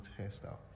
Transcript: hairstyle